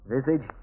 Visage